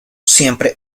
siempre